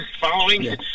Following